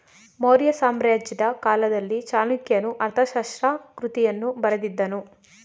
ಮೌರ್ಯ ಸಾಮ್ರಾಜ್ಯದ ಕಾಲದಲ್ಲಿ ಚಾಣಕ್ಯನು ಅರ್ಥಶಾಸ್ತ್ರ ಕೃತಿಯನ್ನು ಬರೆದಿದ್ದನು